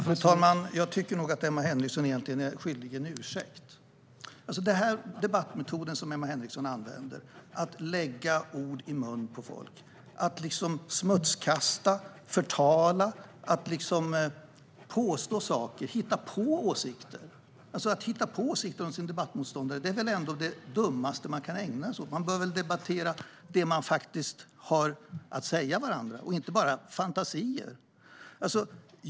Fru talman! Jag tycker att Emma Henriksson är skyldig mig en ursäkt. Den debattmetod som hon använder, att lägga ord i mun på folk, smutskasta, förtala, påstå saker och hitta på åsikter från sin debattmotståndare, är väl det dummaste man kan ägna sig åt? Man bör väl debattera det som man faktiskt har att säga varandra och inte bara komma med fantasier?